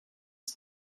het